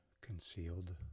concealed